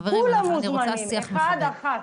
כולם מוזמנים אחד, אחת.